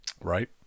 Right